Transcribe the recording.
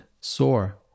sore